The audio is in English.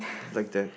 like that